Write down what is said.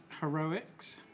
heroics